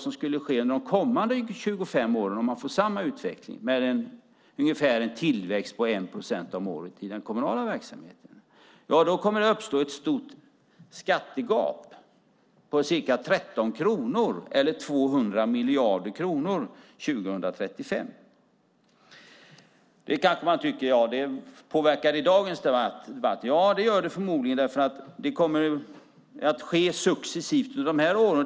Om vi under de kommande 25 åren har samma utveckling med en tillväxt på ungefär 1 procent om året i den kommunala verksamheten kommer det att uppstå ett skattegap på ca 13 kronor, eller 200 miljarder kronor, 2035. Påverkar det dagens debatt, kan man undra. Ja, det gör det förmodligen. Det kommer att ske successivt under de här åren.